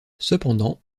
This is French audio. cependant